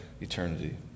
eternity